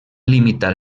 limitar